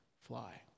fly